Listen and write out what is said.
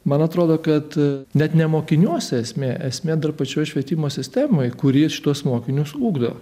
man atrodo kad net ne mokiniuose esmė esmė dar pačioj švietimo sistemoj kurie šituos mokinius ugdo